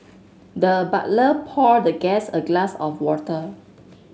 the butler poured the guest a glass of water